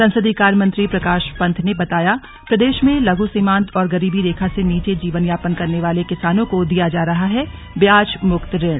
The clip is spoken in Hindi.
संसदीय कार्य मंत्री प्रकाश पंत ने बताया प्रदेश में लघु सीमांत और गरीबी रेखा से नीचे जीवन यापन करने वाले किसानों को दिया जा रहा है ब्याज मुक्त ऋण